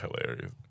Hilarious